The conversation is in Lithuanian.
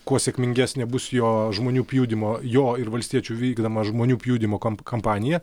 kuo sėkmingesnė bus jo žmonių pjudymo jo ir valstiečių vykdydama žmonių pjudymo kam kampanija